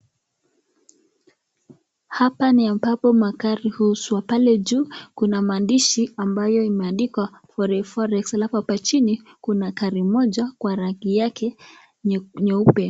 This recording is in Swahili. Hapa ni ambapo magari huuzwa pele juu kuna maandsishi ambayo imeandikwa (cs)glory forex(cs) alafu hapa chini kuna gari moja kwa rangi yake nyeupe.